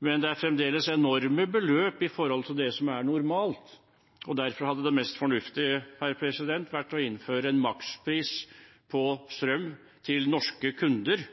men det er fremdeles enorme beløp i forhold til det som er normalt. Derfor hadde det mest fornuftige vært å innføre en makspris på strøm til norske kunder